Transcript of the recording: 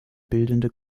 bildende